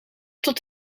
tot